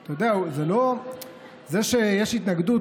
אתה יודע, זה שיש התנגדות